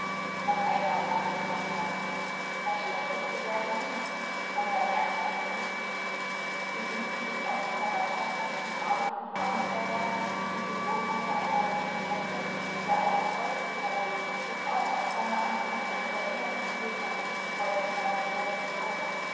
noch einmal lachte konrad das schlechteste wär's nicht um dann ernster hinzuzufügen besinnst du dich auf die verwandtschaft zwischen adel und abenteurer die die großmutter einmal definierte der alte kreuzritter droben zog auch aus keiner anderen als der inneren berufung ins preußenland wider die polen